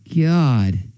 God